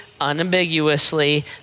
unambiguously